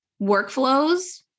workflows